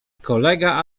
kolega